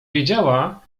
wiedziała